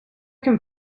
can